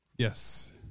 Yes